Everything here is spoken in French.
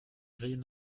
gris